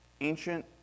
ancient